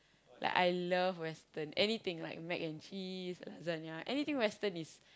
like I love western anything like mac and cheese lasagna anything western is